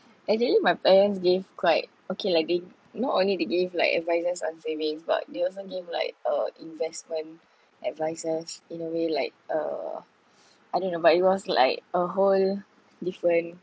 actually my parents gave quite okay like they not only they give like advices on savings but they also gave like uh investment advices in a way like uh I don't know but it was like a whole different